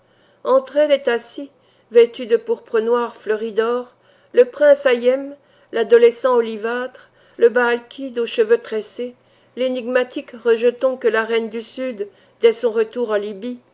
entre elles est assis vêtu de pourpre noire fleurie d'or le prince hayëm l'adolescent olivâtre le baalkide aux cheveux tressés l'énigmatique rejeton que la reine du sud dès son retour en libye